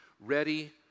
ready